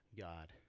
God